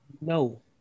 No